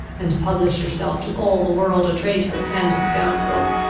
and publish yourself to all the world a traitor and a scoundrel!